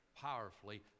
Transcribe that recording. powerfully